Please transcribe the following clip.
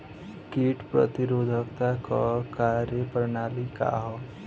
कीट प्रतिरोधकता क कार्य प्रणाली का ह?